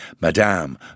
Madame